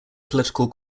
political